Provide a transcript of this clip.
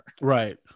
right